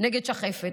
נגד שחפת.